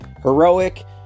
heroic